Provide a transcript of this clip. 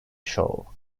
show